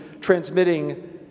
transmitting